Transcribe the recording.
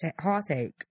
heartache